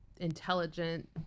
intelligent